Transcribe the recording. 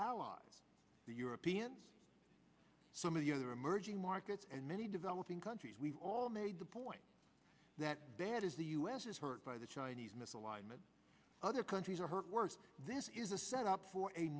allies the europeans some of the other emerging markets and many developing countries we've all made the point that bad is the us is hurt by the chinese misalignment other countries are hurt worse this is a set up for a